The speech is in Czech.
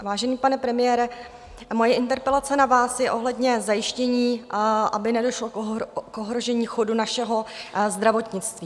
Vážený pane premiére, moje interpelace na vás je ohledně zajištění toho, aby nedošlo k ohrožení chodu našeho zdravotnictví.